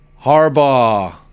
Harbaugh